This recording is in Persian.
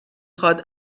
خواد